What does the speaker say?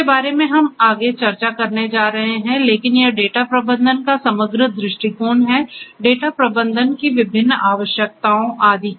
उनके बारे में हम आगे चर्चा करने जा रहे हैं लेकिन यह डेटा प्रबंधन का समग्र दृष्टिकोण है डेटा प्रबंधन की विभिन्न विशेषताओं आदि